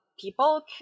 people